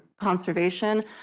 conservation